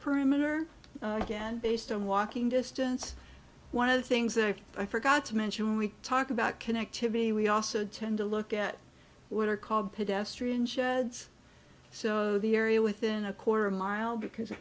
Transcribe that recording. or again based on walking distance one of the things that i forgot to mention when we talk about connectivity we also tend to look at what are called pedestrian sheds so the area within a quarter mile because